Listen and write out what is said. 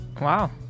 Wow